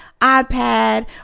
iPad